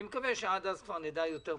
אני מקווה שעד אז כבר נדע יותר פרטים.